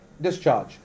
discharge